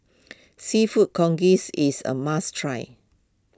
Seafood Congee is a must try